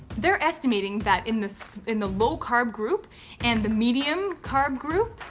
they're estimating that in this in the low-carb group and the medium-carb group,